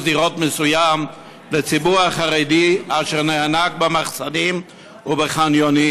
דירות מסוים לציבור החרדי אשר נאנק במחסנים ובחניונים?